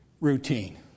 routine